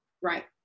Right